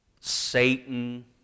Satan